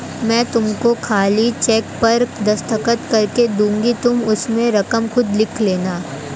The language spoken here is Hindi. मैं तुमको खाली चेक पर दस्तखत करके दूँगी तुम उसमें रकम खुद लिख लेना